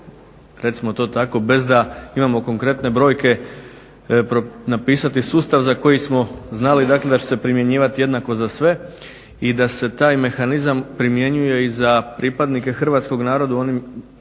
recimo to tako, bez da imamo konkretne brojke napisati sustav za koji smo znali da će se primjenjivati jednako za sve i da se taj mehanizam primjenjuje i za pripadnike hrvatskog naroda